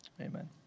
amen